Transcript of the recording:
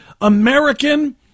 American